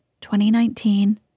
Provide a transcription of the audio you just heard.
2019